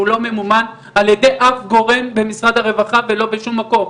שהוא לא ממומן על ידי אף גורם במשרד הרווחה ולא בשום מקום.